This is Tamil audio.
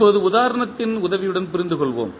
இப்போது உதாரணத்தின் உதவியுடன் புரிந்துகொள்வோம்